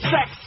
Sex